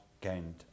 gained